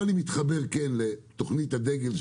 פה אני מתחבר לתוכנית הדגל,